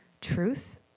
truth